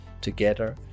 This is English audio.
together